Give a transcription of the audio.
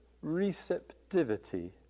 receptivity